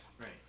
Right